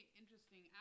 interesting